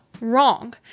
wrong